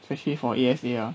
especially for A_S_A ah